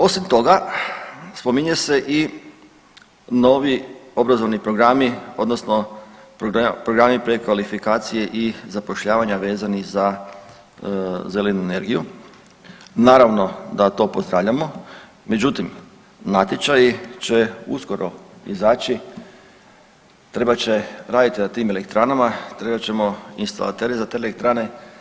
Osim toga spominje se i novi obrazovni programi odnosno programi prekvalifikacije i zapošljavanja vezanih za zelenu energiju, naravno da to pozdravljamo, međutim natječaji će uskoro izaći trebat će raditi na tim elektranama, trebat ćemo instalatere za te elektrane.